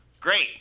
Great